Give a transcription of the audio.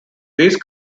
these